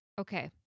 okay